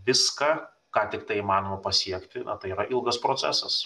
viską ką tik tai įmanoma pasiekti tai yra ilgas procesas